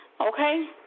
Okay